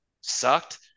sucked